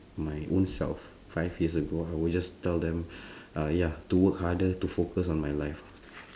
my own self five years ago I will just tell them uh ya to work harder to focus on my life